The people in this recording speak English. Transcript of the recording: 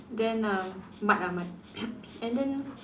then uh Mad ah Mad and then